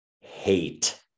hate